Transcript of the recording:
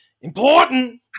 Important